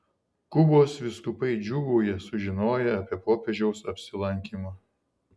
kubos vyskupai džiūgauja sužinoję apie popiežiaus apsilankymą